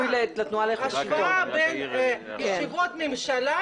ההשוואה בין ישיבות ממשלה,